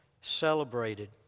celebrated